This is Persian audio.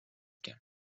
کرد